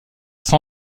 san